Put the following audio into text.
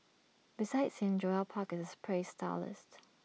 besides him Joel park is A praised stylist